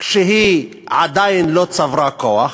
כשהיא עדיין לא צברה כוח,